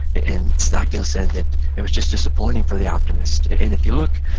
and stockdale said that it was just disappointing for the optimist. and if you look,